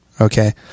Okay